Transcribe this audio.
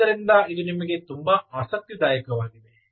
ಆದ್ದರಿಂದ ಇದು ನಿಮಗೆ ತುಂಬಾ ಆಸಕ್ತಿದಾಯಕವಾಗಿದೆ